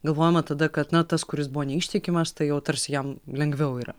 galvojama tada kad na tas kuris buvo neištikimas tai jau tarsi jam lengviau yra